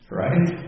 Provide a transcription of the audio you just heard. right